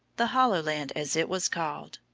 the hollow land as it was called.